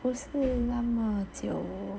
不是那么久